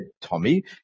Tommy